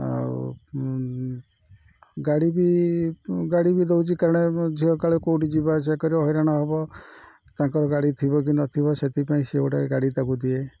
ଆଉ ଗାଡ଼ି ବି ଗାଡ଼ି ବି ଦଉଛି କାରଣ ଝିଅ କାଳେ କେଉଁଠି ଯିବା ଆସିବା କରିବ ହଇରାଣ ହବ ତାଙ୍କର ଗାଡ଼ି ଥିବ କି ନଥିବ ସେଥିପାଇଁ ସିଏ ଗୋଟେ ଗାଡ଼ି ତାକୁ ଦିଏ